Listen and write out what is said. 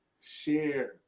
share